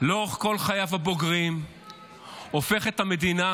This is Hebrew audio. לאורך כל חייו הבוגרים הופך את המדינה